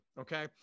okay